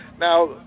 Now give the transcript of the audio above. Now